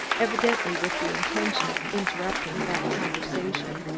evidently with the intention of interrupting that conversation.